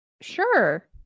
sure